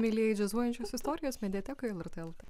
mielieji džiazuojančios istorijos mediatekoje lrt lt